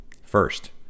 First